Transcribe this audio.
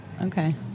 Okay